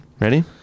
ready